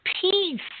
peace